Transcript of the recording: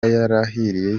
yarahiriye